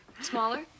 Smaller